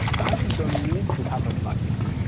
i don't need to have a smart city,